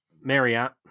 Marriott